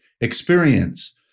experience